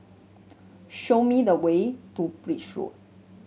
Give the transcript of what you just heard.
show me the way to Birch Road